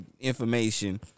information